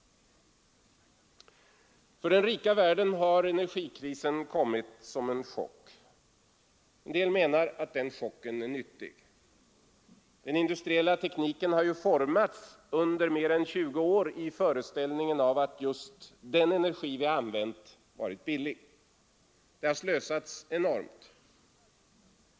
För den rika världen har energikrisen kommit som en chock. En del menar att den chocken är nyttig. Den industriella tekniken har under mer än 20 år formats i föreställningen om att energin är billig. Det har slösats enormt.